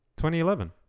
2011